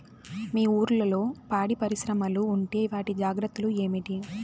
మీ ఊర్లలో పాడి పరిశ్రమలు ఉంటే వాటి జాగ్రత్తలు ఏమిటి